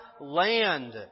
land